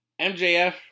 MJF